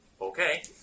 Okay